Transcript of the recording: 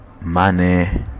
money